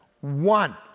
one